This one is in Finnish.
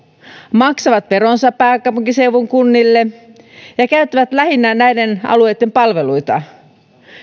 maksavat veronsa pääkaupunkiseudun kunnille ja käyttävät lähinnä näiden alueiden palveluita